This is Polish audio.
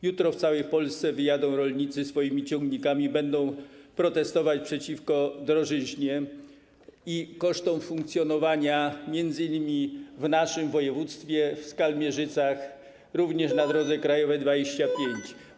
Jutro w całej Polsce wyjadą rolnicy swoimi ciągnikami i będą protestować przeciwko drożyźnie i kosztom funkcjonowania, m.in. w naszym województwie w Skalmierzycach, również na drodze krajowej nr 25.